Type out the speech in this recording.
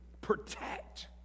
protect